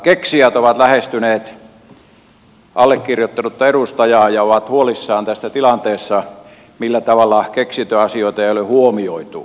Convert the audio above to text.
keksijät ovat lähestyneet allekirjoittanutta edustajaa ja ovat huolissaan tästä tilanteesta millä tavalla keksintöasioita ei ole huomioitu